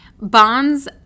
bonds